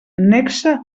nexe